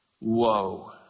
Whoa